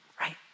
right